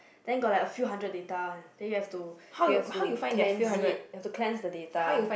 then got like a few hundred data one then you have you have to plan it have to plan the data